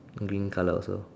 green colour also